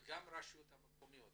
וגם לרשויות המקומיות.